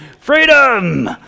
freedom